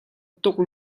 tuk